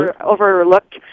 overlooked